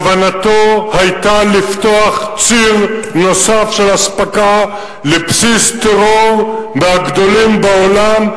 שכוונתו היתה לפתוח ציר נוסף של אספקה לבסיס טרור מהגדולים בעולם,